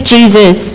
Jesus